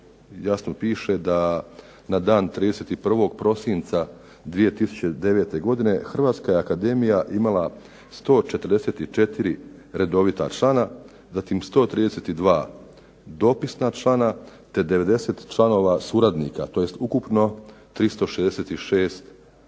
jasno piše da na dan 31. prosinca 2009. godine Hrvatska akademija je imala 144 redovita člana, zatim 132 dopisna člana, te 90 članova suradnika. To je ukupno 366 članova.